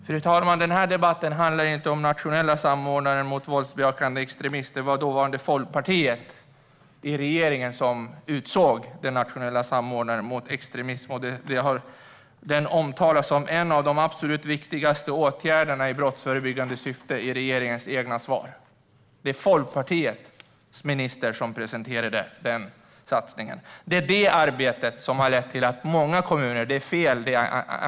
Fru talman! Denna debatt handlar inte om Nationella samordnaren mot våldsbejakande extremism, men det var dåvarande Folkpartiet som i regeringen utsåg Nationella samordnaren mot våldsbejakande extremism. I regeringens svar omtalas den som en av de absolut viktigaste åtgärderna i det brottsförebyggande arbetet. Det var alltså Folkpartiets minister som presenterade denna satsning. Arbetet har lett till att många kommuner har handlingsplaner mot våldsbejakande extremism.